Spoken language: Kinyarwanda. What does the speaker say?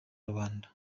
rubanda